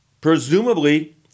Presumably